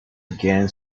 again